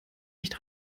nicht